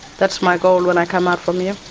that's my goal when i come out from here.